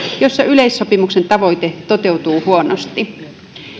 joissa yleissopimuksen tavoite toteutuu huonosti